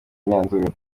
imyanzuro